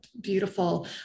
beautiful